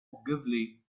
ogilvy